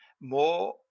more